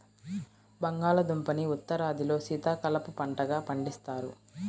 బంగాళాదుంపని ఉత్తరాదిలో శీతాకాలపు పంటగా పండిస్తారు